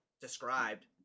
described